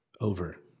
over